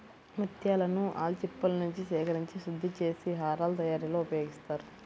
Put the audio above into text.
ముత్యాలను ఆల్చిప్పలనుంచి సేకరించి శుద్ధి చేసి హారాల తయారీలో ఉపయోగిస్తారు